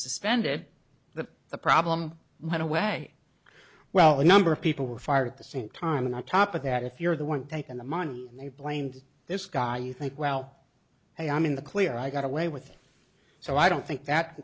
suspended the problem but away well a number of people were fired at the same time the top of that if you're the one taken the money and they blamed this guy you think well i am in the clear i got away with so i don't think that